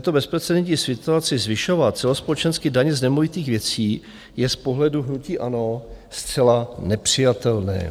V této bezprecedentní situaci zvyšovat celospolečensky daně z nemovitých věcí je z pohledu hnutí ANO zcela nepřijatelné.